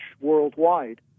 worldwide